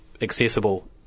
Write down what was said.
accessible